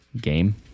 game